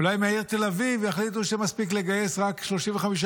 אולי מהעיר תל אביב יחליטו שמספיק לגייס רק 35%,